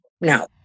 no